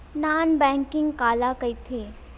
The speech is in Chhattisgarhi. नॉन बैंकिंग काला कइथे?